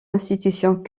institutions